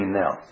now